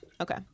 Okay